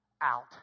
out